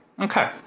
Okay